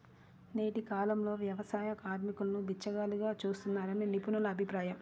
నేటి కాలంలో వ్యవసాయ కార్మికులను బిచ్చగాళ్లుగా చూస్తున్నారని నిపుణుల అభిప్రాయం